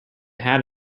had